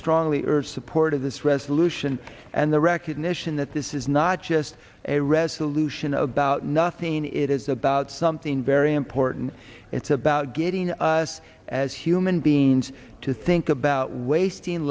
strongly urge support of this resolution and the recognition that this is not just a resolution about nothing it is about something very important it's about getting us as human beings to think about wasting